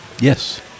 Yes